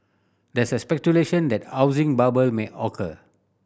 there is speculation that housing bubble may occur